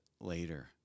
later